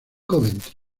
coventry